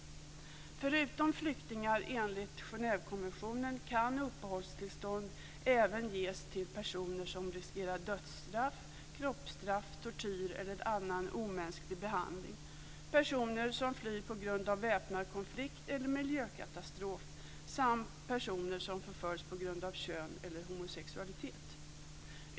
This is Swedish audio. Förutom flyktingar enligt Genèvekonventionen kan uppehållstillstånd ges till personer som riskerar dödsstraff, kroppsstraff, tortyr eller annan omänsklig behandling, personer som flyr på grund av väpnad konflikt eller miljökatastrof samt personer som förföljs på grund av kön eller homosexualitet.